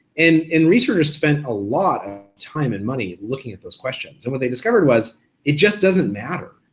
and and researchers spent a lot of time and money looking at those questions, and what they discovered was it just doesn't matter.